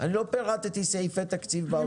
לא פירטתי סעיפי תקציב באוצר.